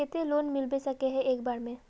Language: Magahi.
केते लोन मिलबे सके है एक बार में?